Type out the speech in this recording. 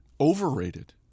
Overrated